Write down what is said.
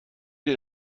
dir